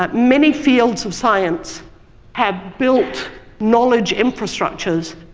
but many fields of science have built knowledge infrastructures,